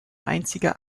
einzige